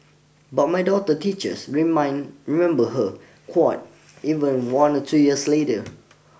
but my daughter teachers remind remember her quirks even one or two years later